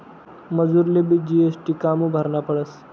मजुरलेबी जी.एस.टी कामु भरना पडस?